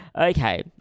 Okay